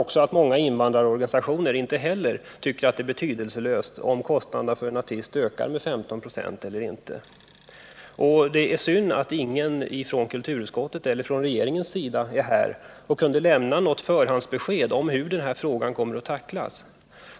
Inte heller invandrarorganisationerna torde anse det betydelselöst om kostnaderna för en artist ökar med 15 96. Det är synd att ingen representant för kulturutskottet eller regeringen är här och kunde lämna ett förhandsbesked om hur denna fråga kommer att tacklas.